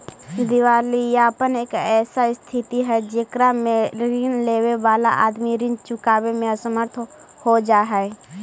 दिवालियापन एक ऐसा स्थित हई जेकरा में ऋण लेवे वाला आदमी ऋण चुकावे में असमर्थ हो जा हई